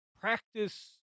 practice